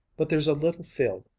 but there's a little field,